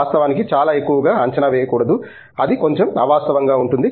వాస్తవానికి చాలా ఎక్కువగా అంచనా వేయకూడదు అది కొంచెం అవాస్తవంగా ఉంటుంది